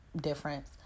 difference